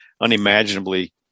unimaginably